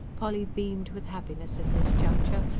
polly beamed with happiness at this juncture,